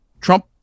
Trump